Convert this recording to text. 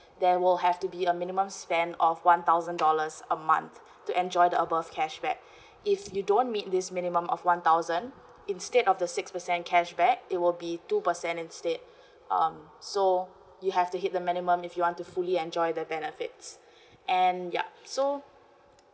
there will have to be a minimum spend of one thousand dollars a month to enjoy the above cashback if you don't meet this minimum of one thousand instead of the six percent cashback it will be two percent instead um so you have to hit the minimum if you want to fully enjoy the benefits and yup so